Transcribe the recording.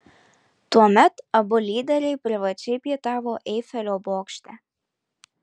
tuomet abu lyderiai privačiai pietavo eifelio bokšte